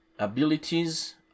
Abilities